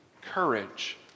courage